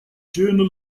journal